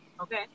Okay